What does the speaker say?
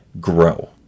grow